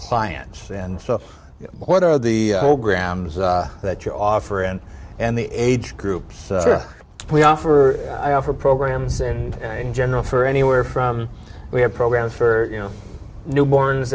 clients and stuff what are the whole grams that you offer and and the age groups we offer i offer programs in general for anywhere from we have programs for you know newborns